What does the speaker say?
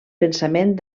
pensament